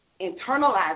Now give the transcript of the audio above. internalize